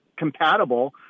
compatible